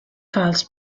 calls